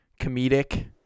comedic